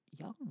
young